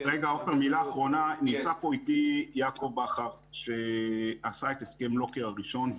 מילה אחרונה נמצא פה איתי יעקב בכר שעשה את הסכם לוקר הראשון,